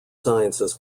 sciences